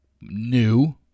new